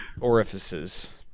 orifices